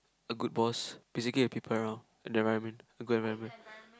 a good boss basically the people around and the environment a good environment